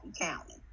County